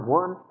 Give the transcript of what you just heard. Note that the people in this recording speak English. one